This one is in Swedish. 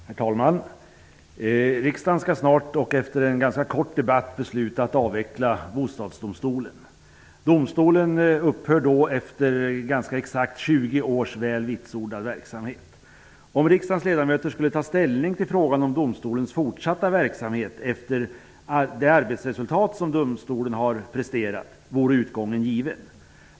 Herr talman! Riksdagen skall snart och efter en ganska kort debatt besluta att avveckla Om riksdagens ledamöter skulle ta ställning till frågan om domstolens fortsatta verksamhet efter det arbetsresultat som domstolen har presterat vore utgången given.